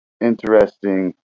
interesting